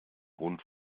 hund